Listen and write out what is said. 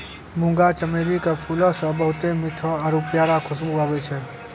मुंगा चमेली के फूलो से बहुते मीठो आरु प्यारा खुशबु आबै छै